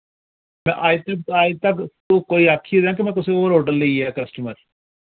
में अज तक अज तक तुस कोई आक्खी दा कि में कुसे होर होटल लेईया कस्टमर